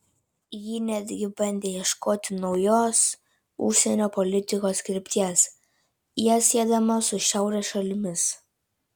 ji netgi bandė ieškoti naujos užsienio politikos krypties ją siedama su šiaurės šalimis